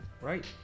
right